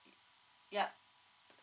yup